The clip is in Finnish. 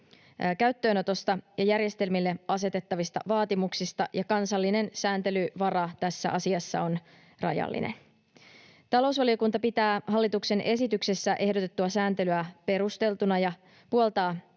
käyttöönotosta ja järjestelmille asetettavista vaatimuksista, ja kansallinen sääntelyvara tässä asiassa on rajallinen. Talousvaliokunta pitää hallituksen esityksessä ehdotettua sääntelyä perusteltuna ja puoltaa